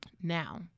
Now